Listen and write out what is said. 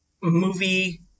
movie